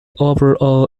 overall